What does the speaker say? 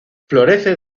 florece